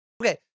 Okay